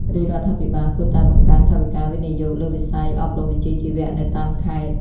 រាជរដ្ឋាភិបាលគួរតែបង្កើនថវិកាវិនិយោគលើវិស័យអប់រំវិជ្ជាជីវៈនៅតាមខេត្ត។